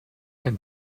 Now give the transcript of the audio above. ein